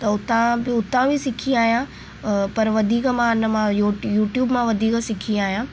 त हुतां बि हुतां बि सिखी आहियां पर वधीक मां हिन मां यू यूट्यूब मां वधीक सिखी आहियां